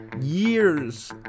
years